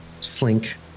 Slink